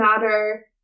matter